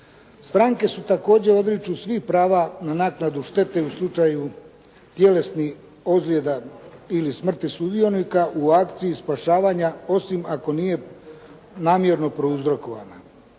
stranke se također odriču svih prva na naknadu štete u slučaju tjelesnih ozljeda ili smrtnih sudionika u akciji spašavanja osim ako nije prouzrokovana.